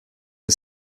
are